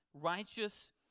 Righteous